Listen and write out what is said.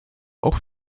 auch